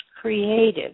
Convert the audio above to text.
creative